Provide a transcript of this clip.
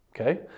okay